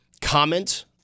comment